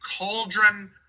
cauldron